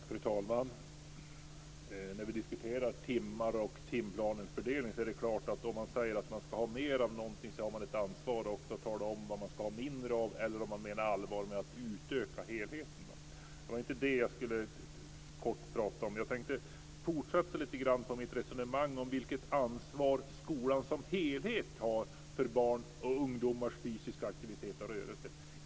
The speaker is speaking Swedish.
Fru talman! När vi diskuterar timmar och timplanens fördelning är det klart att man, om man säger att man ska ha mer av någonting, har ett ansvar för att också tala om vad man ska ha mindre av eller om man menar allvar med att utöka helheten. Det var inte det jag skulle prata om. Jag tänkte fortsätta lite grann på mitt resonemang om vilket ansvar skolan som helhet har för barns och ungdomars fysiska aktivitet och rörelse.